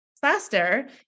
faster